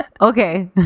Okay